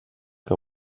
que